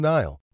Nile